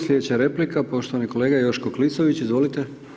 Slijedeća replika, poštovani kolega Joško Klisović, izvolite.